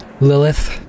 Lilith